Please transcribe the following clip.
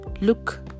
look